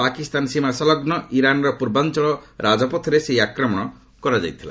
ପାକିସ୍ତାନ ସୀମା ସଂଲଗ୍ନ ଇରାନ୍ର ପୂର୍ବାଞ୍ଚଳ ରାଜପଥରେ ସେହି ଆକ୍ରମଣ କରାଯାଇଥିଲା